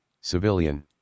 Civilian